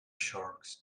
sharks